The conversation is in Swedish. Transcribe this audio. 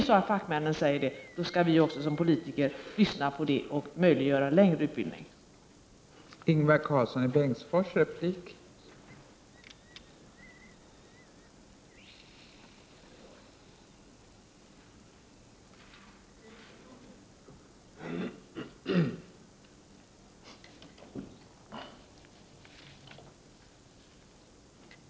Menar fackmännen att denna tid är för kort, skall vi politiker lyssna och ordna så, att det blir en längre utbildningstid.